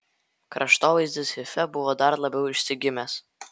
kraštovaizdis hife buvo dar labiau išsigimęs